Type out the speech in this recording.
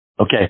Okay